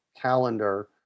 calendar